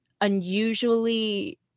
unusually